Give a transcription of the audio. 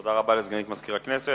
תודה רבה לסגנית מזכיר הכנסת.